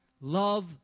Love